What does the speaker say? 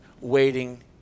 waiting